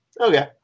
Okay